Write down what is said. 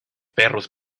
perros